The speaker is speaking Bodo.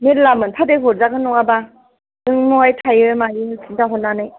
मेरलामोन फाथाय हरजागोन नङाबा नों बहाय थायो मायो खिन्थाहरनानै